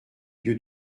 lieu